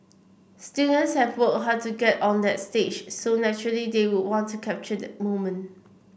students have worked hard to get on that stage so naturally they would want to capture the moment